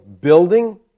Building